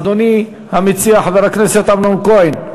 אדוני המציע, חבר הכנסת אמנון כהן,